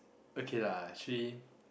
okay lah actually